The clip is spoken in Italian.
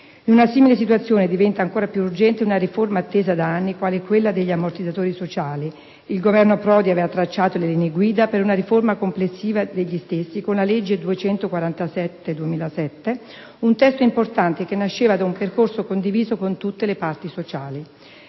In una simile situazione diventa ancor più urgente una riforma attesa da anni, quale quella degli ammortizzatori sociali; il Governo Prodi aveva tracciato le linee guida per una riforma complessiva degli ammortizzatori sociali con la legge n. 247 del 2007, un testo importante che nasceva da un percorso condiviso con tutte le parti sociali.